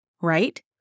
right